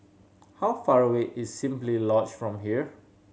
how far away is Simply Lodge from here